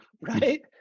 right